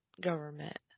government